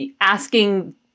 asking